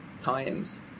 times